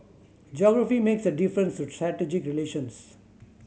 geography makes a difference to relations